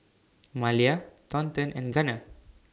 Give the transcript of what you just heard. Malia Thornton and Gunner